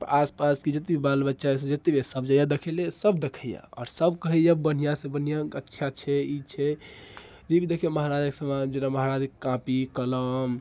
तऽ आसपासके जतेक भी बालबच्चा सब जतेक भी यऽ सब जाइए देखै लै सब देखैए आओर सब कहैए बढ़िआँसँ बढ़िआँ अच्छा छै ई छै जेभी देखैए महाराजाके समान जेना महाराजाके कॉपी कलम